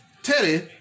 Teddy